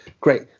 Great